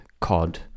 COD